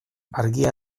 argia